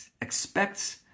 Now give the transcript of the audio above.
expects